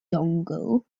dongle